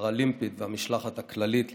הפראלימפית והמשלחת הכללית לטוקיו,